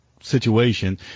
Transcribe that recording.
situation